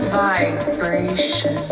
vibration